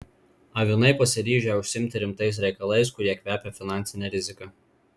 avinai pasiryžę užsiimti rimtais reikalais kurie kvepia finansine rizika